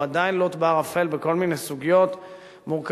הוא עדיין לוט בערפל בכל מיני סוגיות מורכבות,